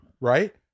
right